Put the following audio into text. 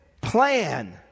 plan